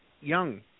young